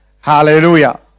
Hallelujah